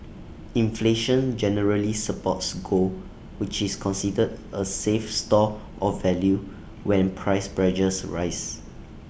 inflation generally supports gold which is considered A safe store of value when price pressures rise